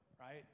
right